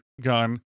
gun